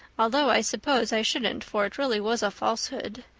although i suppose i shouldn't for it really was a falsehood.